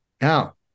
Now